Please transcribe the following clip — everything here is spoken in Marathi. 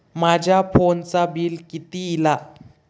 माझ्या फोनचा बिल किती इला?